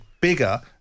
bigger